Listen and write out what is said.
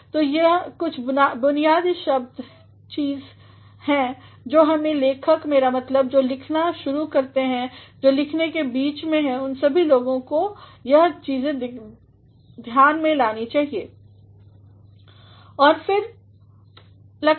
तो यह कुछ बुनियादी चीज़ें जो सभी लेखक मेरा मतलब जो लिखना शुरू करते हैं जो लिखने के बीच में हैं इन सभी लोगों को यह चीज़ें ध्यान में लेनी चाहिए